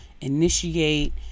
initiate